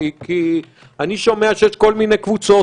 כי אני שומע שיש כל מיני קבוצות,